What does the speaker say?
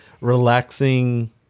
relaxing